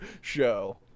show